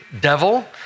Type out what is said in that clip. devil